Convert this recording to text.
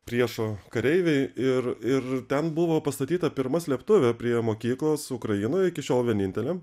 priešo kareiviai ir ir ten buvo pastatyta pirma slėptuvė prie mokyklos ukrainoj iki šiol vienintelė